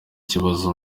kibazo